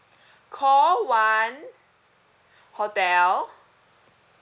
call one hotel